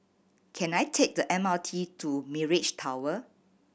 can I take the M R T to Mirage Tower